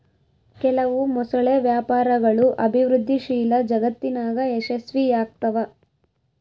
ಕೆಲವು ಮೊಸಳೆ ವ್ಯಾಪಾರಗಳು ಅಭಿವೃದ್ಧಿಶೀಲ ಜಗತ್ತಿನಾಗ ಯಶಸ್ವಿಯಾಗ್ತವ